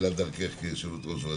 לתחילת דרכך כיושבת-ראש ועדה.